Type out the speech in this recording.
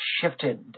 shifted